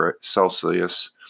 Celsius